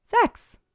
sex